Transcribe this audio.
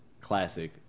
classic